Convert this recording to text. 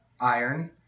iron